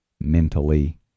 mentally